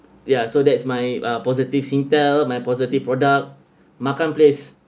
ya so that's my uh positive singtel my positive product makan place